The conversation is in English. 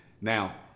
Now